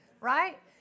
right